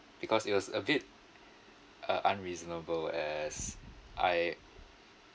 because it was a bit uh unreasonable as I uh I was just I